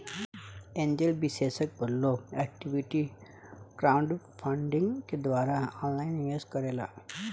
angel निवेशक पर लोग इक्विटी क्राउडफण्डिंग के द्वारा ऑनलाइन निवेश करेला